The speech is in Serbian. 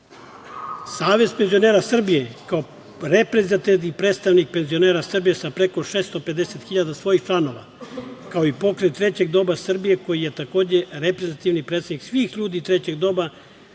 penzionera Srbije kao reprezentativni predstavnik penzionera Srbije sa preko 650.000 svojih članova, kao i pokret Trećeg doba Srbije koji je tako reprezentativni predstavnik svih ljudi trećeg doba